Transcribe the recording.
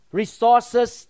resources